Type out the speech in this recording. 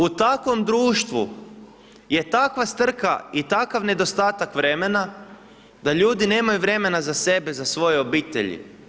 U takvom društvu je takva strka i takav nedostatak vremena da ljudi nemaju vremena za sebe i svoje obitelji.